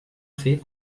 fer